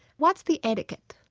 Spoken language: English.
what's the etiquette?